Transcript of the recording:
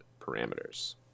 parameters